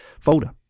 folder